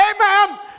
Amen